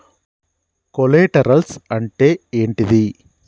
Collaterals అంటే ఏంటిది?